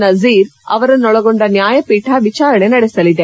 ನಜೀರ್ ಅವರನ್ನೊಳಗೊಂಡ ನ್ನಾಯಪೀಠ ವಿಚಾರಣೆ ನಡೆಸಲಿದೆ